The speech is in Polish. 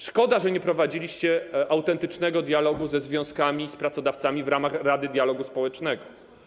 Szkoda, że nie prowadziliście autentycznego dialogu ze związkami i z pracodawcami w ramach Rady Dialogu Społecznego.